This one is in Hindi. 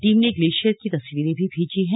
टीम ने ग्लेशियर की तस्वीरें भी भेजी हैं